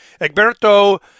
Egberto